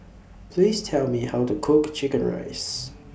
Please Tell Me How to Cook Chicken Rice